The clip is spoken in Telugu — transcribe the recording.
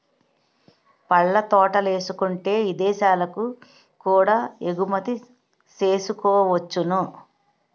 పళ్ళ తోటలేసుకుంటే ఇదేశాలకు కూడా ఎగుమతి సేసుకోవచ్చును